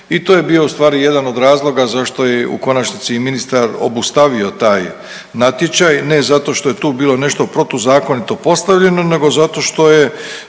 i to je bio ustvari jedan od razloga zašto je u konačnici i ministar obustavio taj natječaj. Ne zato što je tu bilo nešto protuzakonito postavljeno nego zato što je